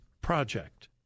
Project